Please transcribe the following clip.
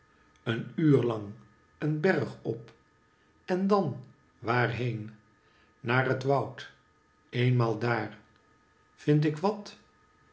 een uur lang een berg op en dan waarheen naar naarhet woud eenmaal daar vindik wat